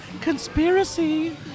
conspiracy